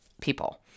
people